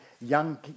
young